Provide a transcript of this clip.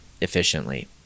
efficiently